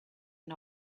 and